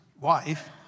wife